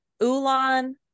ulan